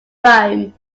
rome